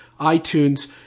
iTunes